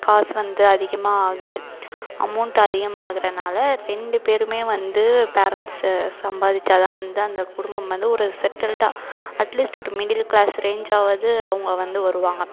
காசு வந்து அதிகமாக ஆகுது அமௌண்ட் அதிகமா ஆகுறதுனால ரெண்டு பேரும் வந்து பேரன்ட்ஸு சம்பாதிச்சால் தான் வந்து அந்த குடும்பம் வந்து ஒரு செட்டில்டாக அட்லீஸ்ட் ஒரு மிடில் கிளாஸ் ரேஞ்சாவது அவங்க வந்து வருவாங்க